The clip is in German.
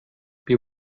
wir